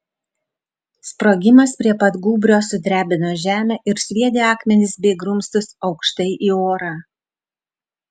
sprogimas prie pat gūbrio sudrebino žemę ir sviedė akmenis bei grumstus aukštai į orą